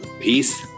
Peace